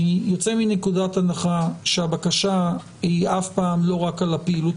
אני יוצא מנקודת הנחה שהבקשה היא אף פעם לא רק על הפעילות